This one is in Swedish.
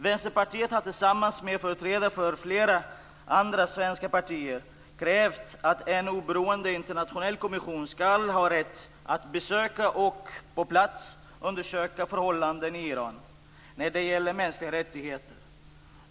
Vänsterpartiet har tillsammans med företrädare för flera andra svenska partier krävt att en oberoende internationell kommission skall ha rätt att besöka och på plats undersöka förhållandena i Iran när det gäller mänskliga rättigheter.